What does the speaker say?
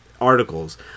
articles